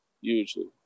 Usually